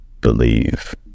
Believe